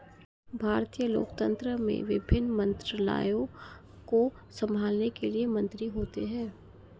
भारतीय लोकतंत्र में विभिन्न मंत्रालयों को संभालने के लिए मंत्री होते हैं